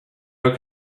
are